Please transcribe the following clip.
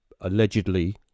allegedly